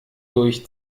durch